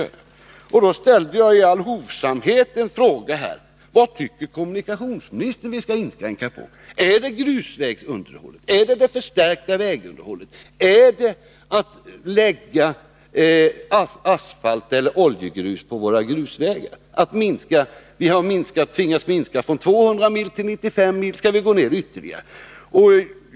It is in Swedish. Då ställde jag i all hovsamhet en fråga: Vad tycker kommunikationsministern att vi skall inskränka på? Är det grusvägsunderhållet, är det förstärkningen av vägunderhållet eller är det beläggningen med asfalt eller oljegrus på våra grusvägar? Vi har tvingats minska från 200 mil till 95 mil. Skall vi gå ner ytterligare?